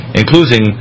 including